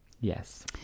yes